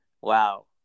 wow